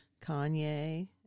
Kanye